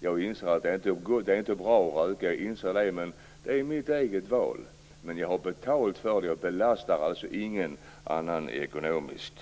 Jag inser att det inte är bra att röka, men det är mitt eget val. Jag har ändå betalt för det, och jag belastar alltså ingen annan ekonomiskt.